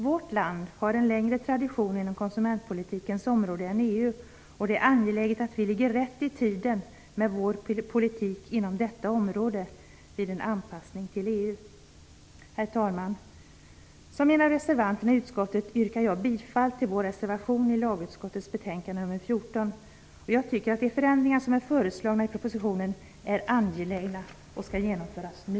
Vårt land har en längre tradition inom konsumentpolitikens område än vad EU har, och det är angeläget att vi ligger rätt i tiden med vår politik inom detta område vid en anpassning till EU. Herr talman! Som en av reservanterna i utskottet yrkar jag bifall till vår reservation i lagutskottets betänkande nr 14. Jag tycker att de förändringar som är föreslagna i propositionen är angelägna och att de skall genomföras nu.